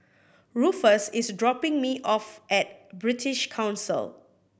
Rufus is dropping me off at British Council